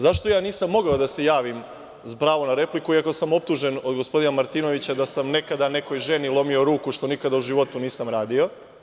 Zašto ja nisam mogao da se javim za pravo na repliku, iako sam optužen od gospodina Martinovića da sam nekada nekoj ženi lomio ruku, što nikada u životu nisam radio?